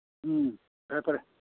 ꯎꯝ ꯐꯔꯦ ꯐꯔꯦ